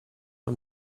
are